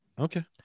Okay